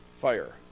fire